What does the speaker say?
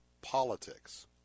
politics